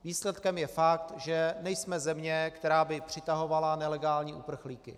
Výsledkem je fakt, že nejsme země, která by přitahovala nelegální uprchlíky.